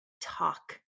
talk